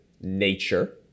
nature